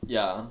ya